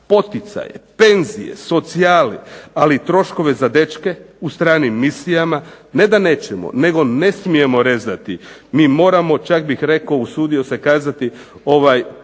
poticaje, penzije, socijalu, ali troškove za dečke u stranim misijama, ne da nećemo, nego ne smijemo rezati. Mi moramo čak bih rekao usuđujem se kazati te